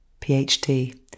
PhD